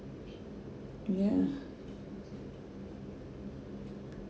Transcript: ya